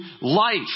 life